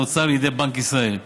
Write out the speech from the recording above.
ממשרד האוצר לידי בנק ישראל,